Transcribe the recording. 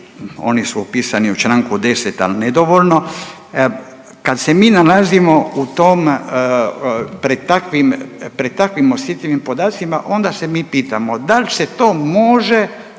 oni su opisani u čl. 10. al nedovoljno. Kad se mi nalazimo pred takvim osjetljivim podacima onda se mi pitamo, dal se to može